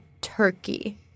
turkey